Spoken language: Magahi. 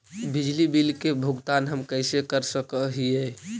बिजली बिल के भुगतान हम कैसे कर सक हिय?